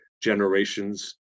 generations